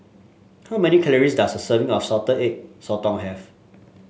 how many calories does a serving of salted sotong have